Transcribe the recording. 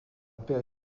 paire